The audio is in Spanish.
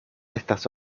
estas